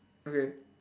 okay